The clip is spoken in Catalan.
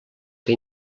que